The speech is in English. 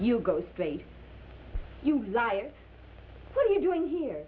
you go state you lie what are you doing here